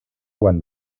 juan